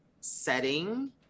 setting